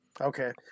Okay